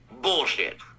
Bullshit